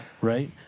Right